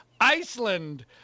Iceland